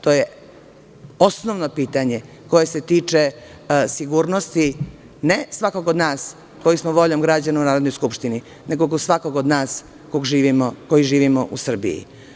To je osnovno pitanje koje se tiče sigurnosti, ne svakog od nas koji smo voljom građana u Narodnoj skupštini, nego svakog od nas koji živimo u Srbiji.